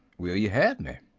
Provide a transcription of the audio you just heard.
will yeh hev me?